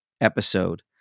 episode